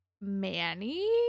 Manny